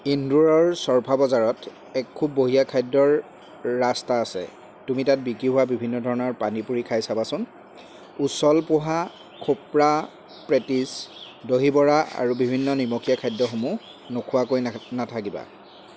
ইন্দোৰৰ ছৰফা বজাৰত এক খুব বঢ়িয়া খাদ্যৰ ৰাস্তা আছে তুমি তাত বিক্ৰী হোৱা বিভিন্ন ধৰণৰ পানী পুৰি খাই চাবাচোন উছল পোহা খোপ্ৰা পেটিজ দহি বড়া আৰু বিভিন্ন নিমখীয়া খাদ্যসমূহ নোখোৱাকৈ না নাথাকিবা